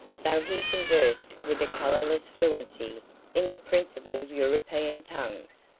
though he conversed with a colourless fluency in the principal european tongues,